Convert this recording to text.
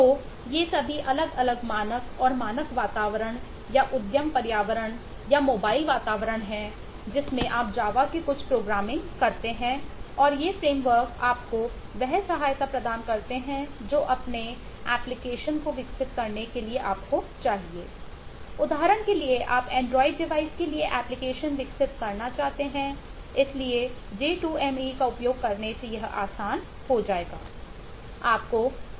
तो ये सभी अलग अलग मानक और मानक वातावरण या उद्यम पर्यावरण या मोबाइल वातावरण हैं जिसमें आप जावा में कुछ प्रोग्रामिंग विकसित करना चाहते हैं इसलिए j2me का उपयोग करने से यह आसान हो जाएगा